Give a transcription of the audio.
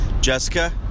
Jessica